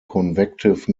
convective